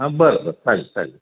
हां बरं बरं चालेल चालेल